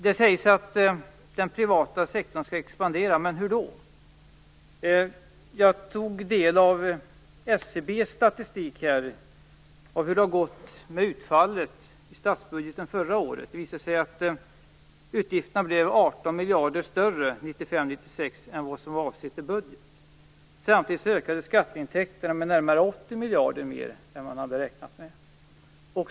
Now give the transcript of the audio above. Det sägs i svaret att den privata sektorn skall expandera. Hur då? Jag har tagit del av SCB:s statistik för hur det har gått med utfallet av statsbudgeten förra året. Det visar sig att utgifterna för 1995/96 blev 18 miljarder större än vad som var avsett i budgeten. Samtidigt ökade skatteintäkterna med närmare 80 miljarder mer än vad man hade räknat med.